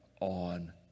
on